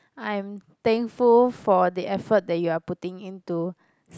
I am thankful for the effort that you are putting in to